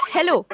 Hello